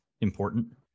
important